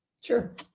Sure